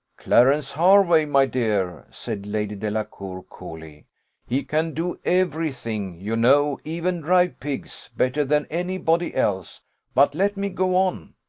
clarence hervey, my dear, said lady delacour, coolly he can do every thing, you know, even drive pigs, better than any body else but let me go on.